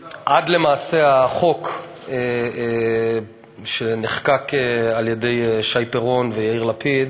למעשה, עד לחוק שנחקק על-ידי שי פירון ויאיר לפיד